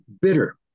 bitter